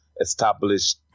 established